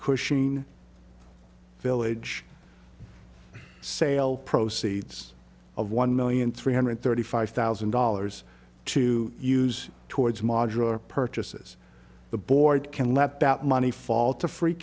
cushion village sale proceeds of one million three hundred thirty five thousand dollars to use towards modular purchases the board can let that money fall to free